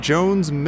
Jones